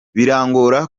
birangora